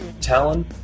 Talon